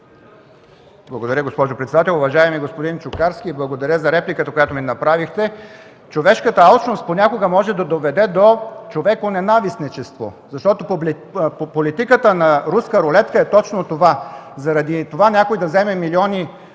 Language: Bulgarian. Благодаря, госпожо председател. Уважаеми господин Чукарски, благодаря за репликата, която ми направихте. Човешката алчност понякога може да доведе до човеконенавистничество, защото по политиката на руска рулетка е точно това! Заради това някой да вземе милиони